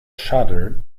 shuttered